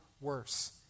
worse